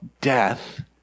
death